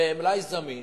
במלאי זמין,